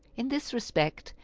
in this respect,